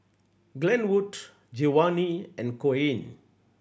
Glenwood Giovani and Coen